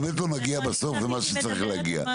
באמת לא נגיע בסוף למה שצריך להגיע.